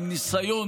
עם ניסיון,